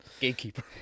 Gatekeeper